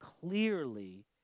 clearly